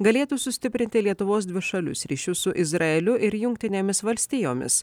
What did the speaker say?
galėtų sustiprinti lietuvos dvišalius ryšius su izraeliu ir jungtinėmis valstijomis